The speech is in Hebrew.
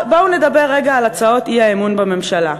בואו נדבר רגע על הצעות האי-אמון בממשלה.